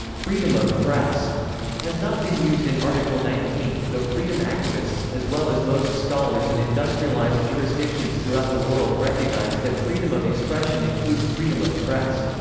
freedom of press has not been used in article nineteen, though freedom activists, as well as most scholars and industrialised jurisdictions throughout the world recognise that freedom of expression includes freedom of press.